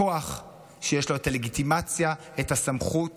כוח שיש לו את הלגיטימציה, את הסמכות